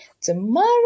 tomorrow